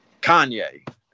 Kanye